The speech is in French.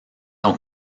ont